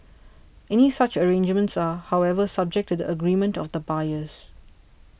any such arrangements are however subject to the agreement of the buyers